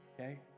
okay